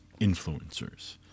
influencers